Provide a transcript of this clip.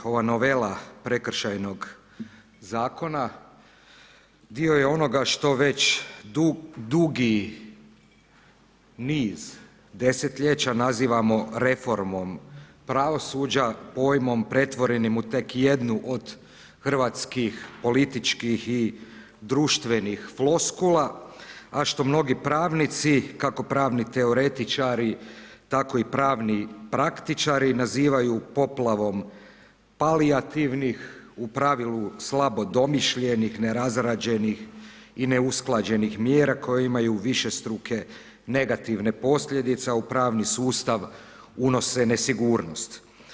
Ova novela prekršajnog zakona dio je onoga što već dugi niz desetljeća nazivamo reformom pravosuđa, pojmom pretvorenim u tek jednu od hrvatskih političkih i društvenih floskula, a što mnogi pravnici, kako pravni teoretičari, tako i pravni praktičari nazivaju poplavom palijativnih, u pravilu slabo domišljenih, nerazrađenih i neusklađenih mjera koje imaju višestruke negativne posljedice, a u pravni sustav unose nesigurnost.